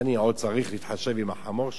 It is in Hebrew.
מה אני עוד צריך להתחשב עם החמור שלו?